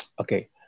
Okay